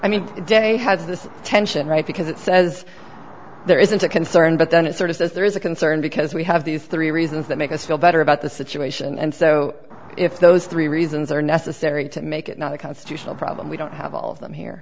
today has this tension right because it says there isn't a concern but then it sort of says there is a concern because we have these three reasons that make us feel better about the situation and so if those three reasons are necessary to make it not a constitutional problem we don't have all of them here